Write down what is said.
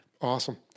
Awesome